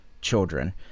children